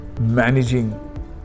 managing